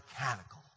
mechanical